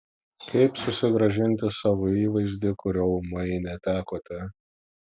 kaip susigrąžinti savo įvaizdį kurio ūmai netekote